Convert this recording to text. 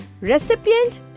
Recipient